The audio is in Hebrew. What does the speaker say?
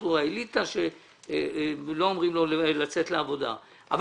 הוא האליטה שלא אומרים לו לצאת לעבודה אבל